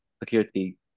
security